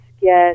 get